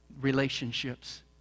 relationships